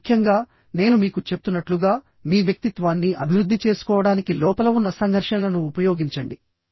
మరీ ముఖ్యంగా నేను మీకు చెప్తున్నట్లుగా మీ వ్యక్తిత్వాన్ని అభివృద్ధి చేసుకోవడానికి లోపల ఉన్న సంఘర్షణలను ఉపయోగించండి